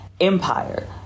empire